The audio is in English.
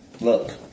look